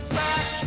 back